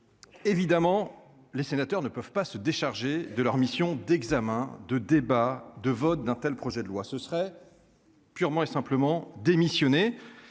Évidemment, les sénateurs ne peuvent pas se décharger de leur mission d'examen de débats de vote d'un tel projet de loi, ce serait. Purement et simplement démissionner